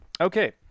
okay